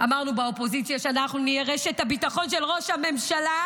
אמרנו באופוזיציה שאנחנו נהיה רשת הביטחון של ראש הממשלה,